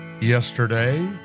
yesterday